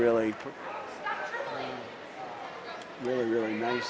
really really really nice